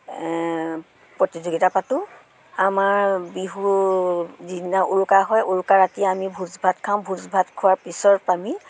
প্ৰতিযোগিতা পাতোঁ আমাৰ বিহু যিদিনা উৰুকা হয় উৰুকা ৰাতি আমি ভোজ ভাত খাওঁ ভোজ ভাত খোৱাৰ পিছত আমি